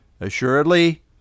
Assuredly